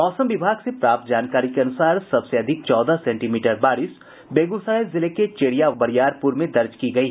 मौसम विभाग से प्राप्त जानकारी के अनुसार सबसे अधिक चौदह सेंटीमीटर बारिश बेगूसराय जिले के चेरिया बरियारपुर में दर्ज की गयी